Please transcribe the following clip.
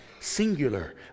singular